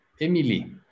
Emily